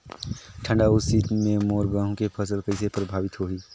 ठंडा अउ शीत मे मोर गहूं के फसल कइसे प्रभावित होही?